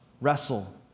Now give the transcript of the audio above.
Wrestle